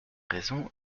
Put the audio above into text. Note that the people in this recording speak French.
raison